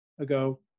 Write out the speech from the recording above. ago